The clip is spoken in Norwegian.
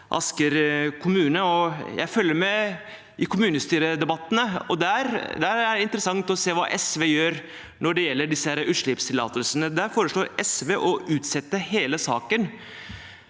er en del av, og jeg følger med i kommunestyredebattene. Der er det interessant å se hva SV gjør når det gjelder disse utslippstillatelsene. Der foreslår SV å utsette hele saken.